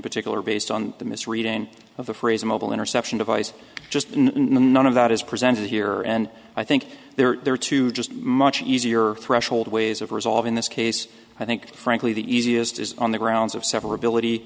particular based on the misreading of the phrase mobile interception device just none of that is presented here and i think they're there to just much easier threshold ways of resolving this case i think frankly the easiest is on the grounds of severability